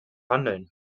handeln